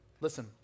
Listen